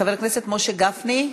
חבר הכנסת משה גפני.